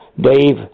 Dave